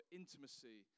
intimacy